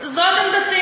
אבל, זאת עמדתי.